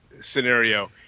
scenario